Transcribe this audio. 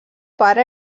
pare